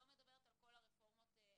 אני לא מדברת על כל הרפורמות האחרות.